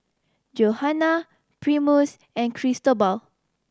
Johana Primus and Cristobal